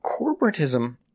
corporatism